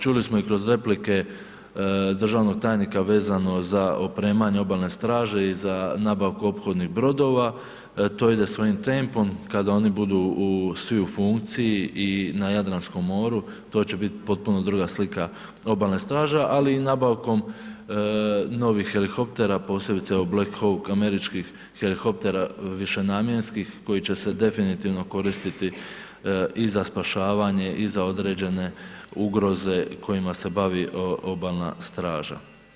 Čuli smo i kroz replike državnog tajnika vezano za opremanje obalne straže i za nabavku ophodnih brodova, to ide svojim tempom, kada oni budu svi u funkciji i na Jadranskom moru to će biti potpuno druga slika obalne straže, ali i nabavkom novih helikoptera Black Hawk, američkih helikoptera višenamjenskih koji će se definitivno koristiti i za spašavanje i za određene ugroze kojima se bavi obalna straža.